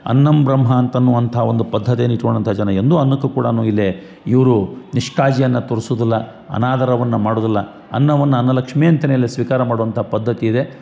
ಅನ್ನಬ್ರಹ್ಮ ಅಂತಲೂ ಅಂತ ಒಂದು ಪದ್ಧತಿಯನ್ನ ಇಟ್ಕೊಂಡಂಥ ಜನ ಎಂದು ಅನ್ನಕು ಕೂಡ ಇಲ್ಲೆ ಇವರು ನಿಷ್ಕಾಳ್ಜಿಯನ್ನು ತೋರ್ಸುದಿಲ್ಲ ಅನಾದರವನ್ನು ಮಾಡುದಿಲ್ಲ ಅನ್ನವನ್ನು ಅನ್ನ ಲಕ್ಷ್ಮೀ ಅಂತಲೇ ಇಲ್ಲಿ ಸ್ವೀಕಾರ ಮಾಡುವಂಥ ಪದ್ಧತಿ ಇದೆ